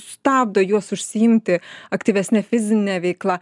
stabdo juos užsiimti aktyvesne fizine veikla